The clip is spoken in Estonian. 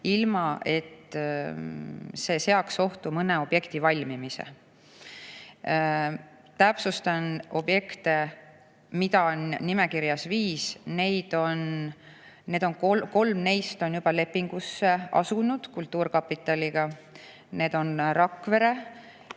ilma et see seaks ohtu mõne objekti valmimise. Täpsustan objekte, mida on nimekirjas viis. Kolm neist on juba lepingusse asunud kultuurkapitaliga. Need on Rakvere,